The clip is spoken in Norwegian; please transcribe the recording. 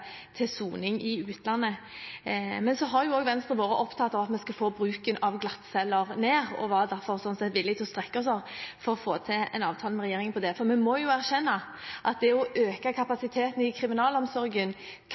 til soning i utlandet. Men vi i Venstre har også vært opptatt av at vi skal få ned bruken av glattceller, og var slik sett derfor villig til å strekke oss for å få til en avtale med regjeringen om dette. Vi må jo erkjenne at det å øke kapasiteten i kriminalomsorgen